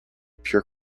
pure